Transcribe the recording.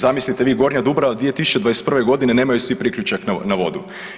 Zamislite vi Gornja Dubrava 2021.g. nemaju svi priključak na vodu.